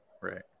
Right